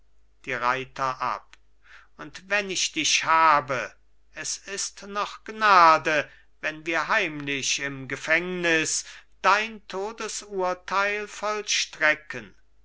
und wenn ich dich habe es ist noch gnade wenn wir heimlich im gefängnis dein todesurteil vollstrecken